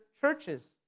churches